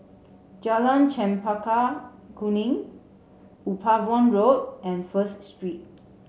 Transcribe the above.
Jalan Chempaka Kuning Upavon Road and First Street